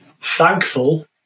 thankful